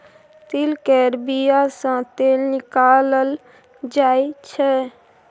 तिल केर बिया सँ तेल निकालल जाय छै